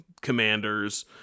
Commanders